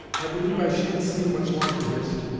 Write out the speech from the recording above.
i believe i shan't see you much longer, hist.